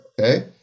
Okay